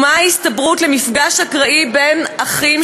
ומה ההסתברות למפגש אקראי בין אחים